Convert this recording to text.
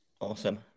Awesome